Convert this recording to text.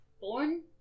Born